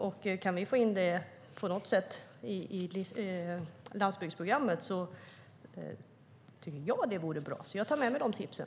Om vi på något sätt kan få in detta i landsbygdsprogrammet tycker jag att det vore bra. Jag tar med mig de tipsen.